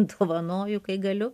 dovanoju kai galiu